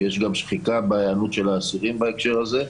יש גם שחיקה בהיענות של האסירים בהקשר הזה.